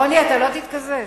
רוני, אתה לא תתקזז.